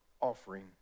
offering